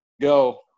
go